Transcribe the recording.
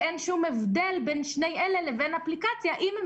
ואין שום הבדל בין אלה לבין אפליקציה אם הם